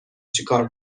چیکار